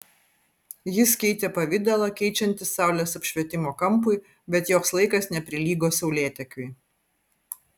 jis keitė pavidalą keičiantis saulės apšvietimo kampui bet joks laikas neprilygo saulėtekiui